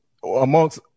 amongst